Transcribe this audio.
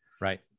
right